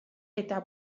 eta